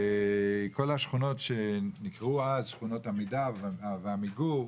וכל השכונות שנקראו אז שכונות עמידר, ועמיגור,